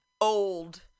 old